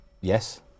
Yes